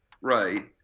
right